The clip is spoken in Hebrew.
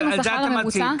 שאת זה אתם מציעים.